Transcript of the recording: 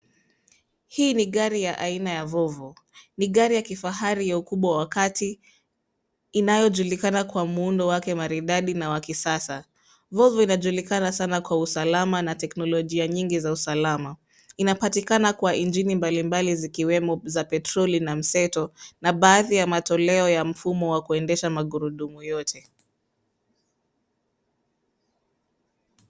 Hii ni gari ya aina ya Volvo; ni gari ya kifahari ya ukubwa wa kati inayojulikana kwa muundo wake maridadi na wa kisasa. Volvo inajulikana sana kwa usalama na teknolojia nyingi za usalama. Inapatikana kwa injini mbalimbali zikiwemo za petroli na mseto na baadhi ya matoleo ya mfumo wa kuendesha magurudumu yote.